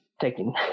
taking